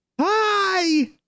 Hi